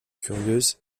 curieuse